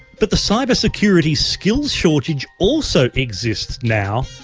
but the cyber security skills shortage also exists now,